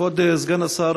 כבוד סגן השר,